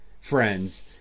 friends